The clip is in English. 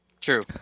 True